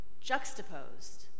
juxtaposed